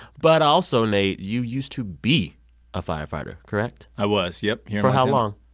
but also, nate, you used to be a firefighter, correct? i was, yup for how long?